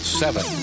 seven